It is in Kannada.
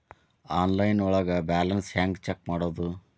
ಆನ್ಲೈನ್ ಒಳಗೆ ಬ್ಯಾಲೆನ್ಸ್ ಹ್ಯಾಂಗ ಚೆಕ್ ಮಾಡೋದು?